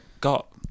got